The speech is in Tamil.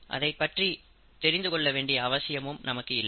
அதைப்பற்றி தெரிந்து கொள்ள வேண்டிய அவசியமும் நமக்கு இல்லை